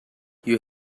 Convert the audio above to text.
you